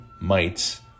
mites